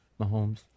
mahomes